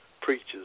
preachers